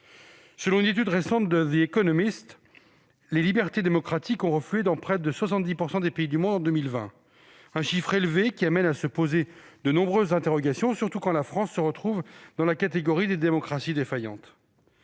Selon une étude récente de, les libertés démocratiques ont reflué dans près de 70 % des pays du monde en 2020. Ce chiffre élevé amène à se poser de nombreuses interrogations, surtout quand la France se retrouve dans la catégorie des « démocraties défaillantes